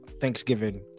Thanksgiving